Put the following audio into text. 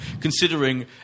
considering